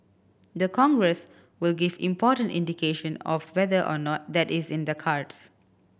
the Congress will give important indication of whether or not that is in the cards